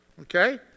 Okay